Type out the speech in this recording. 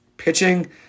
Pitching